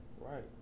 right